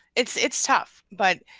it's it's tough but.